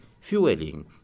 fueling